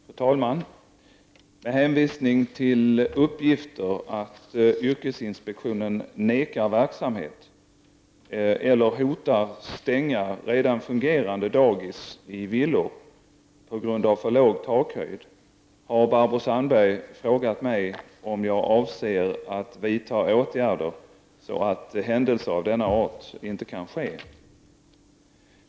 Fru talman! Med hänvisning till uppgifter om att yrkesinspektionen nekar verksamhet eller hotar stänga redan fungerande dagis i villor på grund av för låg takhöjd, har Barbro Sandberg frågat mig om jag avser att vidta åtgärder så att händelser av denna art inte kan ske.